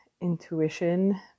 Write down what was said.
intuition